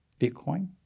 Bitcoin